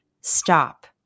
stop